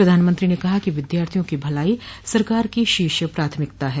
प्रधानमंत्री ने कहा कि विद्यार्थियों की भलाई सरकार की शीर्ष प्राथमिकता है